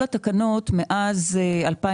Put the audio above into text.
ולא את התקנות האלה.